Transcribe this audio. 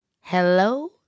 Hello